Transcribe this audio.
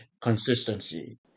consistency